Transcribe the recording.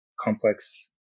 complex